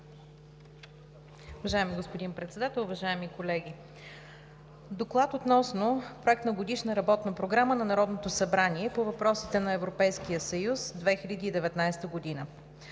Уважаеми господин Председател, уважаеми колеги! „ДОКЛАД относно Проект на Годишна работна програма на Народното събрание по въпросите на Европейския съюз, 2019 г.